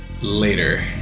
Later